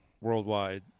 worldwide